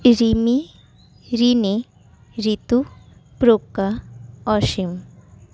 Rimi Rini Ritu Pragya Asim